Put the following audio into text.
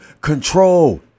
control